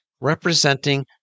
representing